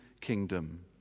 kingdom